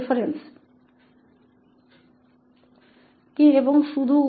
खैर तो इस व्याख्यान को तैयार करने के लिए उपयोग किए गए संदर्भ हैं